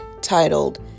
titled